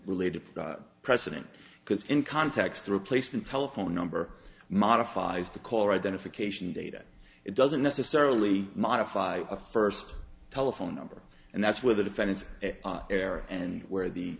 related precedent because in context replacement telephone number modifies the caller identification data it doesn't necessarily modify a first telephone number and that's where the defendants error and where the